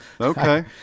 Okay